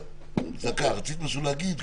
רצית משהו להגיד.